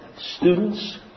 students